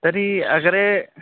तर्हि अग्रे